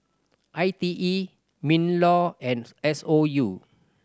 I T E MinLaw and S O U